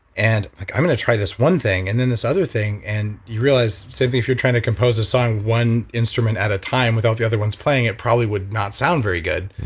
and like i'm going to try this one thing and then this other thing and you realize same thing if you're trying to compose a song one instrument at a time without the other ones playing, it probably would not sound very good.